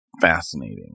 fascinating